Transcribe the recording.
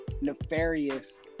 nefarious